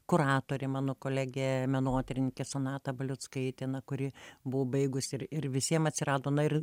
kuratorė mano kolegė menotyrininkė sonata baliuckaitė na kuri buvo baigusi ir ir visiem atsirado na ir